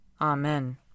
Amen